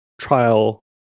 trial